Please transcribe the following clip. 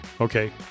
Okay